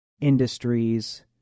industries